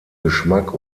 geschmack